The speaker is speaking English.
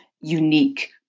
unique